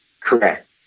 Correct